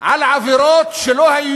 על עבירות שלא היו